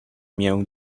mię